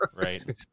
Right